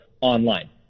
online